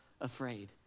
afraid